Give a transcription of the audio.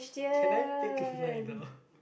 can I fake my